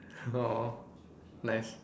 !aww! nice